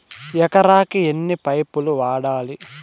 ఎకరాకి ఎన్ని పైపులు వాడాలి?